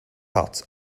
out